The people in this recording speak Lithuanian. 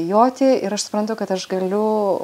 joti ir aš suprantu kad aš galiu